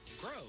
grow